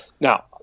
Now